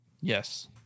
Yes